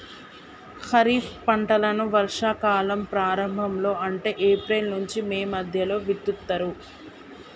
ఖరీఫ్ పంటలను వర్షా కాలం ప్రారంభం లో అంటే ఏప్రిల్ నుంచి మే మధ్యలో విత్తుతరు